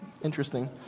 interesting